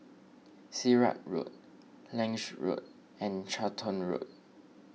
Sirat Road Lange Road and Charlton Road